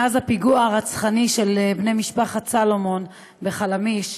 מאז הפיגוע הרצחני נגד בני משפחת סלומון בחלמיש,